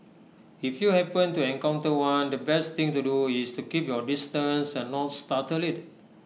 if you happen to encounter one the best thing to do is to keep your distance and not startle IT